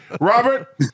Robert